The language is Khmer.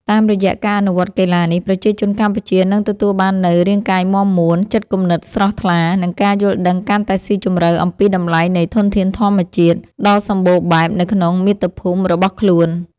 តាមរយៈការអនុវត្តកីឡានេះ ប្រជាជនកម្ពុជានឹងទទួលបាននូវ រាងកាយមាំមួន ចិត្តគំនិតស្រស់ថ្លា និងការយល់ដឹងកាន់តែស៊ីជម្រៅអំពីតម្លៃនៃធនធានធម្មជាតិដ៏សម្បូរបែបនៅក្នុងមាតុភូមិរបស់ខ្លួន។